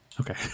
okay